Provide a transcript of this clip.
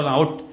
out